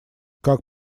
как